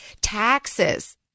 Taxes